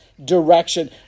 Direction